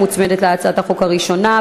המוצמדת להצעת החוק הראשונה.